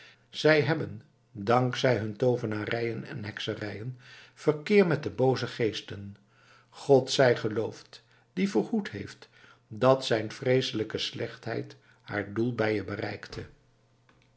zij hebben dank zij hun toovenarijen en hekserijen verkeer met de booze geesten god zij geloofd die verhoed heeft dat zijn vreeselijke slechtheid haar doel bij je bereikte